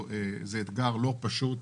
זה אמנם אתגר לא פשוט,